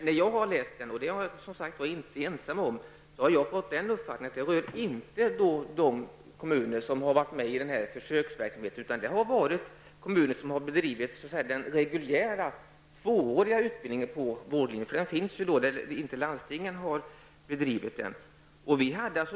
När jag läste den fick jag emellertid uppfattningen att -- vilket jag som sagt inte är ensam om -- att det inte rör de kommuner som har deltagit i försöksverksamheten, utan kommuner som har bedrivit den reguljära 2-åriga utbildningen på vårdlinjen. Så har skett i de fall landstingen inte har bedrivit den utbildningen.